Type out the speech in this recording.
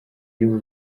y’u